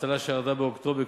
האבטלה שירדה באוקטובר 2011,